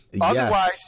Otherwise